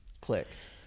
clicked